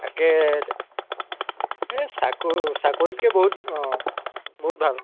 তাকে এই চাকৰিতকৈ বহুত অঁ বহুত ভাল